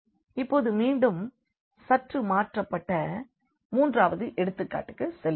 இப்பொழுது மீண்டும் சற்று மாற்றப்பட்ட மூன்றாவது எடுத்துக்காட்டுக்கு செல்வோம்